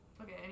Okay